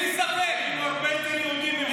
בטוח שבקישינב היינו הרבה יותר יהודים ממך.